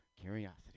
curiosity